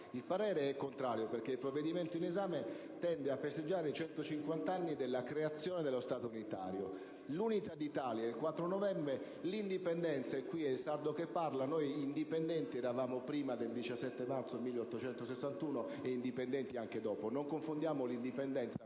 Il parere è contrario perché il provvedimento in esame tende a festeggiare 150 anni dalla creazione dello Stato unitario. L'Unità d'Italia è celebrata il 4 novembre; per quanto riguarda l'indipendenza - qui è il sardo che parla - noi indipendenti eravamo prima del 17 marzo 1861, e indipendenti anche dopo. Non confondiamo l'indipendenza